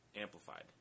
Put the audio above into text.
amplified